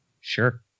Sure